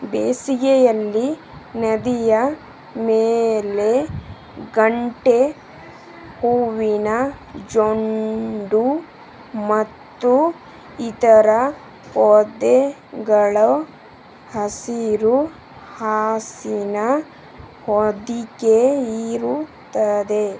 ಬೇಸಿಗೆಯಲ್ಲಿ ನದಿಯ ಮೇಲೆ ಗಂಟೆ ಹೂವಿನ ಜೊಂಡು ಮತ್ತು ಇತರ ಪೊದೆಗಳು ಹಸಿರು ಹಾಸಿನ ಹೊದಿಕೆ ಇರುತ್ತದೆ